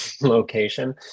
location